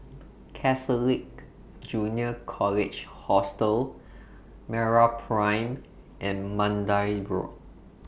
Catholic Junior College Hostel Meraprime and Mandai Road